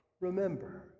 remember